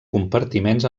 compartiments